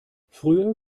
früher